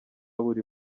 buri